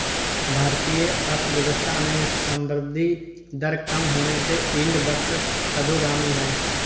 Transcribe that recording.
भारतीय अर्थव्यवस्था में संवृद्धि दर कम होने से यील्ड वक्र अधोगामी है